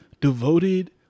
devoted